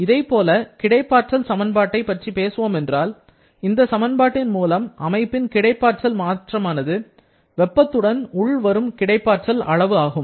இதைப்போல கிடைப்பாற்றல் சமன்பாட்டை பற்றி பேசுவோம் என்றால் இந்த சமன்பாட்டின் மூலம் அமைப்பின் கிடைப்பாற்றல் மாற்றமானது வெப்பத்துடன் உள்வரும் கிடைப்பாற்றல் அளவு ஆகும்